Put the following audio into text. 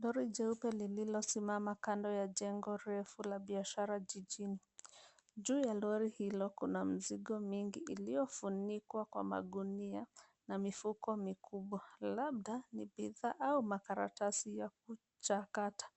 Lori jeupe lililosimama kando ya jengo refu la biashara jijini. Juu ya lori hilo kuna mzigo mingi iliyofunikwa kwa magunia na mifuko mikubwa labda ni bidhaa au makaratasi ya kuchakata.